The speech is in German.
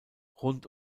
rund